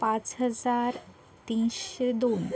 पाच हजार तीनशे दोन